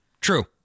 True